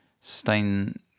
stain